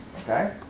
Okay